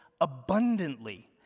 abundantly